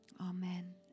Amen